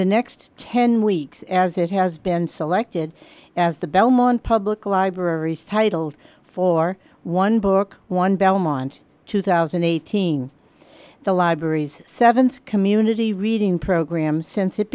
the next ten weeks as it has been selected as the belmont public libraries titled for one book one belmont two thousand and eighteen the library's th community reading program since it